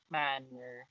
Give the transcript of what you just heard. manner